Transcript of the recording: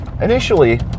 initially